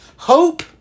Hope